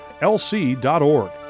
lc.org